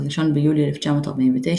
ב-1 ביולי 1949,